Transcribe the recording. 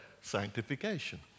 sanctification